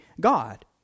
God